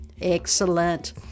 Excellent